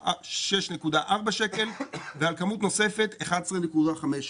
6.4 שקלים ועל כמות נוספת 11.5 שקלים.